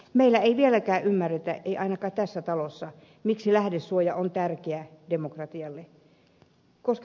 meillä ei vieläkään ymmärretä ei ainakaan tässä talossa miksi lähdesuoja on tärkeä demokratialle